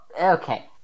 okay